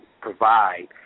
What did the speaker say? provide